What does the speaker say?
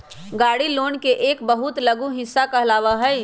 गाड़ी लोन के एक बहुत लघु हिस्सा कहलावा हई